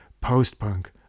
post-punk